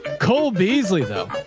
cole beasley though,